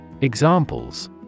Examples